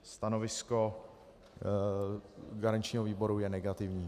Stanovisko garančního výboru je negativní.